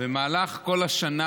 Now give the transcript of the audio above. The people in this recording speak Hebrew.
במהלך כל השנה